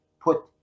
put